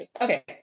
okay